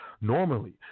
Normally